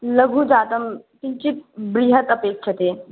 लघु जातं किञ्चिद् बृहद् अपेक्ष्यते